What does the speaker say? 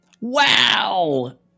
Wow